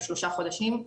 לשלושה חודשים,